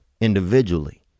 individually